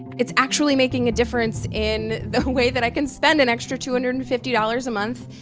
it's actually making a difference in the way that i can spend an extra two hundred and fifty dollars a month.